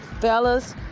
fellas